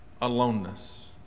aloneness